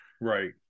right